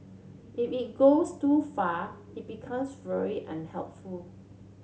if it goes too far it becomes unhelpful